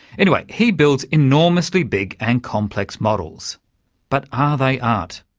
anyway, he builds enormously big and complex models but are they art?